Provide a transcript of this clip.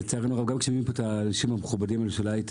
לצערנו גם האנשים המכובדים האלה מההיי-טק,